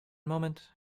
moment